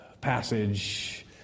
passage